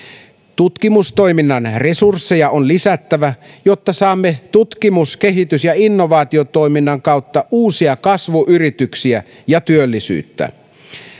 tutkimustoiminnan resursseja on lisättävä jotta saamme tutkimus kehitys ja innovaatiotoiminnan kautta uusia kasvuyrityksiä ja työllisyyttä